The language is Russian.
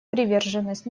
приверженность